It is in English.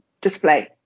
display